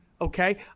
Okay